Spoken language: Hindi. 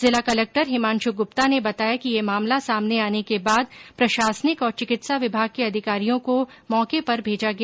जिला कलेक्टर हिमांश् ग्रप्ता ने बताया कि ये मामला सामने आने के बाद प्रशासनिक और चिकित्सा विभाग के अधिकारियों को मौके पर भेजा गया